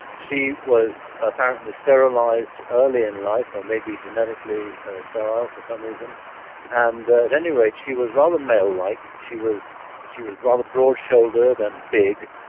she was apparently sterilized early in life or maybe genetically sterile for some reason and anyways she was rather male like. she was she was rather broad shouldered and big.